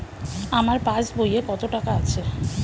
আমার পাস বইয়ে কত টাকা আছে?